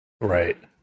Right